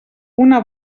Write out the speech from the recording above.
una